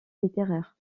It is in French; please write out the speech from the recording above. littéraire